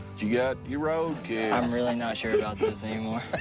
you got your roadkill. i'm really not sure about this anymore.